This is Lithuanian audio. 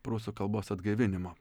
prūsų kalbos atgaivinimo